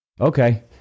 okay